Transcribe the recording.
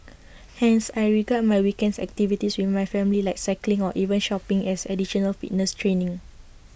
hence I regard my weekends activities with my family like cycling or even shopping as additional fitness training